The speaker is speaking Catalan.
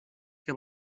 què